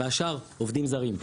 והשאר עובדים זרים.